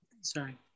sorry